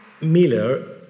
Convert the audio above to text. Miller